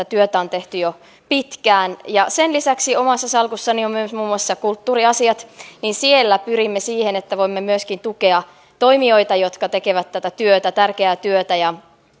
työtä on tehty jo pitkään sen lisäksi omassa salkussani on muun muassa kulttuuriasiat ja siellä pyrimme siihen että voimme myöskin tukea toimijoita jotka tekevät tätä tärkeää työtä